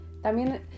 También